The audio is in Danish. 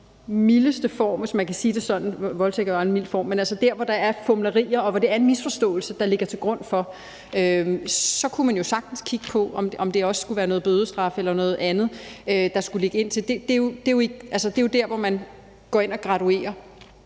altså der, hvor der er fumlerier, og hvor det er en misforståelse, der ligger til grund, kunne man jo sagtens kigge på, om det også skulle være noget bødestraf eller noget andet. Det er jo der, hvor man går ind og graduerer.